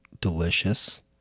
delicious